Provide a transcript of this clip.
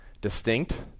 Distinct